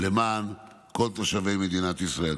למען כל תושבי מדינת ישראל.